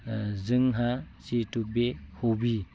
जोंहा जिहेथु बे हबि